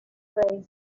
rey